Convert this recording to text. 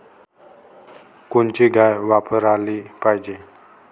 कोनची गाय वापराली पाहिजे?